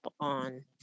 on